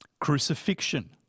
crucifixion